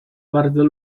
bardzo